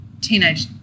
teenage